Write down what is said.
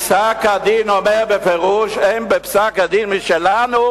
פסק-הדין אומר בפירוש: אין בפסק-הדין שלנו